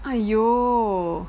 !aiyo!